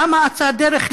למה אצה הדרך,